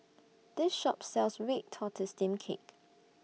This Shop sells Red Tortoise Steamed Cake